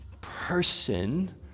person